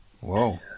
whoa